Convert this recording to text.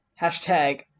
Hashtag